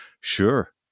sure